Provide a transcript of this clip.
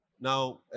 Now